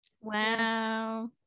wow